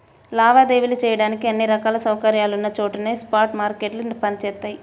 లావాదేవీలు చెయ్యడానికి అన్ని రకాల సౌకర్యాలున్న చోటనే స్పాట్ మార్కెట్లు పనిచేత్తయ్యి